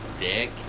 dick